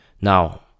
now